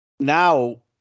Now